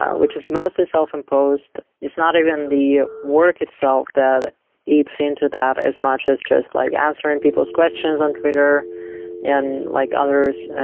ah which is mostly self-imposed. it's not even the work itself that eats into that as much as just like answering people's questions on twitter and like others,